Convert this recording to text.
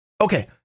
Okay